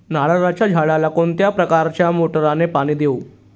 नारळाच्या झाडाला कोणत्या प्रकारच्या मोटारीने पाणी देऊ?